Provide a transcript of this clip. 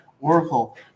oracle